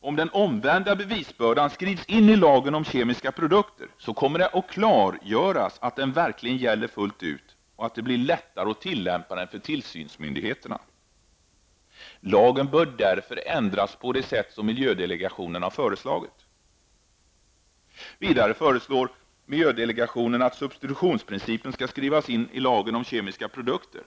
Om den omvända bevisbördan skrivs in i lagen om kemiska produkter, kommer det att klargöras att den verkligen gäller fullt ut, och den blir lättare att tillämpa för tillsynsmydigheterna. Lagen bör därför ändras på det sätt som miljödelegationen har föreslagit. Miljödelegationen föreslår vidare att substitutionsprincipen skall skrivas in i lagen om kemiska produkter.